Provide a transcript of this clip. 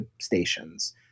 stations